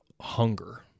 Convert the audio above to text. hunger